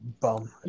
Bum